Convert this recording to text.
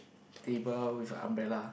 table with a umbrella